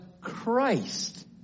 Christ